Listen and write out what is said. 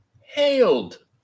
hailed